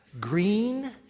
green